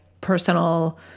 personal